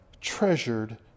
treasured